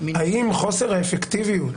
האם חוסר האפקטיביות